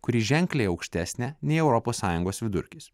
kuri ženkliai aukštesnė nei europos sąjungos vidurkis